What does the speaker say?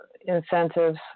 incentives